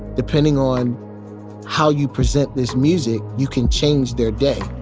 depending on how you present this music, you can change their day.